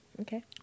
Okay